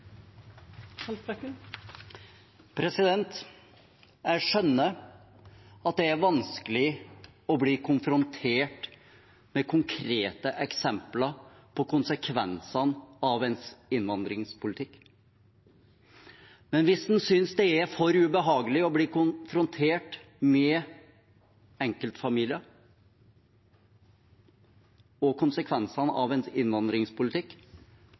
Jeg skjønner at det er vanskelig å bli konfrontert med konkrete eksempler på konsekvensene av ens egen innvandringspolitikk. Men hvis man synes det er for ubehagelig å bli konfrontert med enkeltfamilier og konsekvensene av egen innvandringspolitikk,